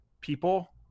people